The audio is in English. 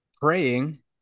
praying